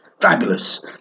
Fabulous